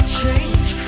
change